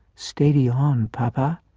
steady on, papa!